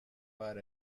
but